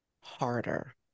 harder